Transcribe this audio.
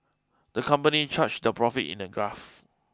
the company charted their profits in a graph